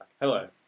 Hello